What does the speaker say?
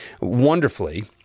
wonderfully